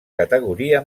categoria